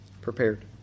prepared